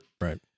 Right